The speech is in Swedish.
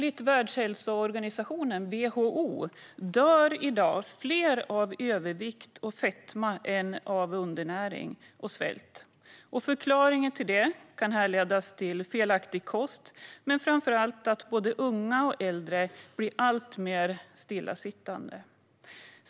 I dag dör dock fler av övervikt och fetma än av undernäring och svält, enligt Världshälsoorganisationen, WHO. Förklaringen kan härledas till felaktig kost men framför allt till att både unga och äldre blir alltmer stillasittande.